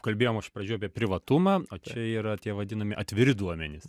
kalbėjom iš pradžių apie privatumą o čia yra tie vadinami atviri duomenys